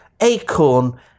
acorn